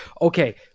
Okay